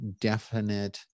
definite